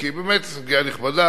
כי זו באמת סוגיה נכבדה.